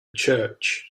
church